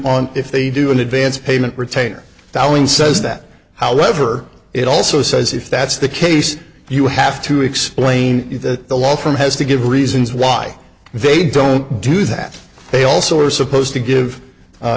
on if they do an advance payment retainer dallying says that however it also says if that's the case you have to explain that the law firm has to give reasons why they don't do that they also are supposed to give